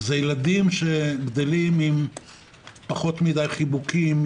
זה ילדים שגדלים עם פחות מדי חיבוקים,